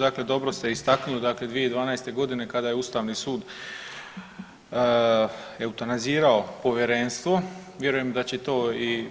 Dakle, dobro ste istaknuli, dakle 2012. godine kada je Ustavni sud eutanazirao povjerenstvo, vjerujem da to i ,